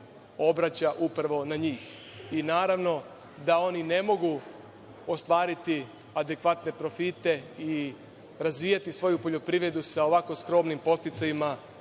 obraća upravo na njih. Naravno da oni ne mogu ostvariti adekvatne profite i razvijati svoju poljoprivredu sa ovako skromnim podsticajima